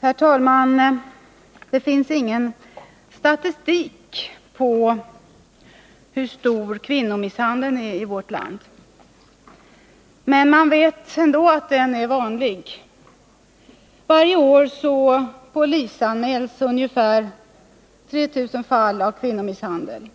Herr talman! Det finns ingen statistik på hur omfattande kvinnomisshandeln är i vårt land. Men man vet ändå att den är vanlig. Varje år polisanmäls ungefär 3 000 fall av kvinnomisshandel.